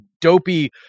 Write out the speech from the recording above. dopey